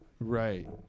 Right